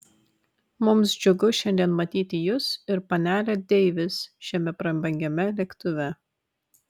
mums džiugu šiandien matyti jus ir panelę deivis šiame prabangiame lėktuve